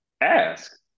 ask